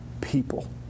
people